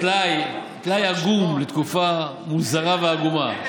טלאי עגום לתקופה מוזרה ועגומה.